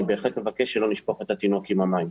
אני בהחלט מבקש שלא נשפוך את התינוק עם המים.